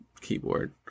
keyboard